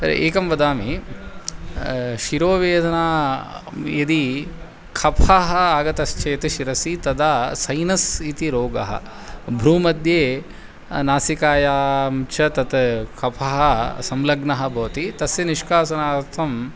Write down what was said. एकं वदामि शिरोवेदनां यदि कफः आगतश्चेत् शिरसि तदा सैनस् इति रोगः भ्रूमध्ये नासिकायां च तत् कफः संलग्नः भवति तस्य निष्कासनार्थम्